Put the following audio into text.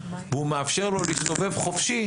והוא מאפשר לו להסתובב חופשי,